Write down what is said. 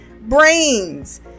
brains